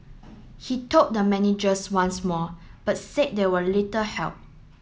he told the managers once more but said they were little help